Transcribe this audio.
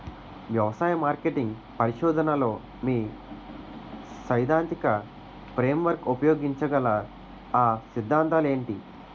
వ్యవసాయ మార్కెటింగ్ పరిశోధనలో మీ సైదాంతిక ఫ్రేమ్వర్క్ ఉపయోగించగల అ సిద్ధాంతాలు ఏంటి?